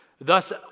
thus